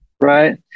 right